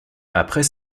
après